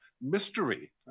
mystery